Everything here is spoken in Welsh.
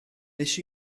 nes